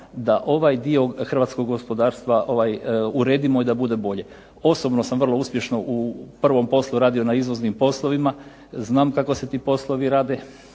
da ovaj dio hrvatskog gospodarstva uredimo i da bude bolji. Osobno sam vrlo uspješno u prvom poslu radio na izvoznim poslovima. Znam kako se ti poslovi rade